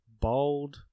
Bold